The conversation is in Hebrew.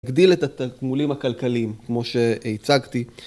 הגדיל את התמולים הכלכליים כמו שהצגתי